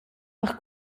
per